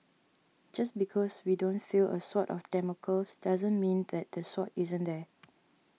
just because we don't feel a Sword of Damocles doesn't mean that the sword isn't there